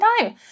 time